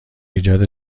ایجاد